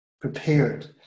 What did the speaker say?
prepared